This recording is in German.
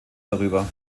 darüber